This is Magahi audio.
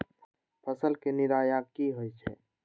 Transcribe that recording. फसल के निराया की होइ छई?